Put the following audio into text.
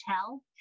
tell